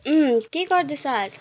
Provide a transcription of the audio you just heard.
के गर्दैछस्